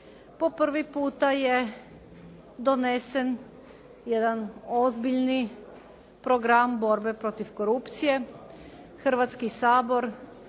po prvi puta je donesen jedan ozbiljan program borbe protiv korupcije. Hrvatski sabor